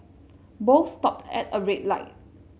both stopped at a red light